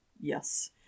Yes